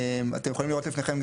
אתם יכולים לראות לפניכם,